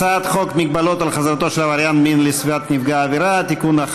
הצעת חוק מגבלות על חזרתו של עבריין מין לסביבת נפגע העבירה (תיקון,